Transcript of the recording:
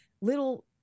little